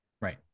right